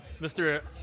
Mr